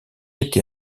été